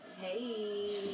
Hey